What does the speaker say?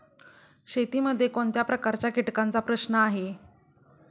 शेतीमध्ये कोणत्या प्रकारच्या कीटकांचा प्रश्न आहे?